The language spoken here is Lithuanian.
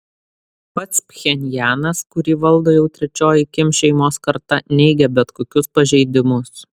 pats pchenjanas kurį valdo jau trečioji kim šeimos karta neigia bet kokius pažeidimus